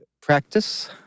practice